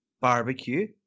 barbecue